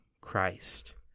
christ